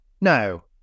No